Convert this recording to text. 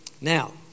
Now